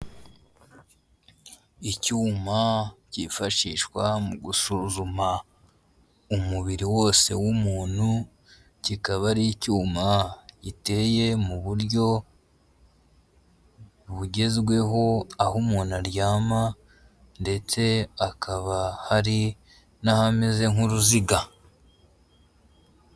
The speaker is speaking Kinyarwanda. Icyuma byifashishwa mu gusuzuma umubiri wose w'umuntu kikaba ari icyuma giteye mu buryo bugezweho, aho umuntu aryama ndetse akaba hari n'ahameze nk'uruziga.